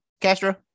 Castro